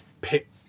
pick